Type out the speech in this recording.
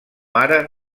ara